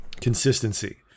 consistency